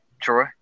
Troy